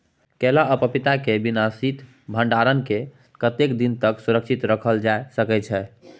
केला आ पपीता के बिना शीत भंडारण के कतेक दिन तक सुरक्षित रखल जा सकै छै?